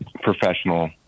professional